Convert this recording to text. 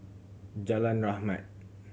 Jalan Rahmat